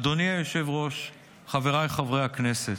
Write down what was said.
אדוני היושב-ראש, חבריי חברי הכנסת,